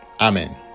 Amen